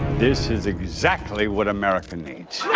this is exactly what america needs